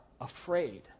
Afraid